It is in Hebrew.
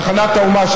כשתיכנסי לתחנת האומה,